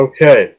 Okay